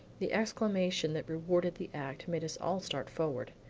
the exclamation that rewarded the act made us all start forward.